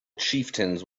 chieftains